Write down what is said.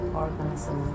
organism